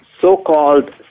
so-called